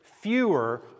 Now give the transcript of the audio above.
fewer